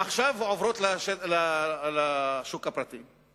עכשיו עוברות לשוק הפרטי.